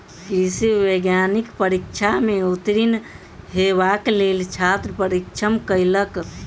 कृषि वैज्ञानिक परीक्षा में उत्तीर्ण हेबाक लेल छात्र परिश्रम कयलक